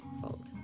fold